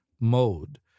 mode